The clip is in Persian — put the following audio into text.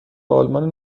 آلمان